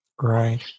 Right